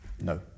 No